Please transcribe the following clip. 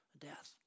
death